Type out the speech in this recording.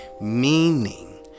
meaning